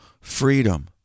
freedom